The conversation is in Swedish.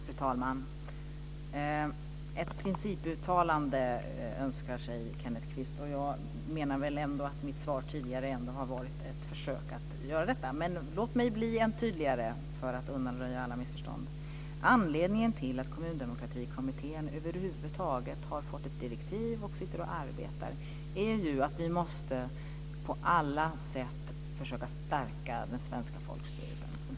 Fru talman! Kenneth Kvist önskar sig ett principuttalande. Jag menar att mitt svar tidigare var ett försök att göra detta. Men låt mig bli än tydligare för att undanröja alla missförstånd. Anledningen till att Kommundemokratikommittén över huvud taget har fått ett direktiv och sitter och arbetar är att vi på alla sätt måste försöka stärka den svenska folkstyrelsen.